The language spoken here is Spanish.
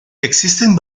existen